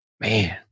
Man